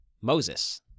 moses